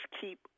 keep